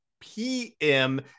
PM